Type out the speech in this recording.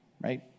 right